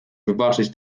wybaczyć